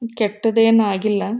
ಕೆಟ್ಟದ್ದೇನಾಗಿಲ್ಲ